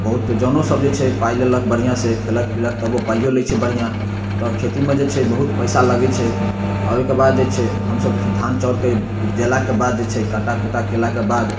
बहुत जनोसभ जे छै पाइ लेलक बढ़िआँसँ खेलक पिलक तब ओ पाइओ लै छै बढ़िआँ तऽ खेतीमे जे छै बहुत पइसा लगै छै आओर ओहिके बाद जे छै हमसभ खे धान चाउरके उपजेलाके बाद जे छै कटा कुटा कएलाके बाद